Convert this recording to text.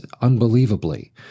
unbelievably